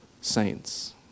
saints